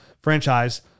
franchise